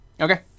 Okay